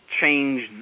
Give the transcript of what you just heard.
change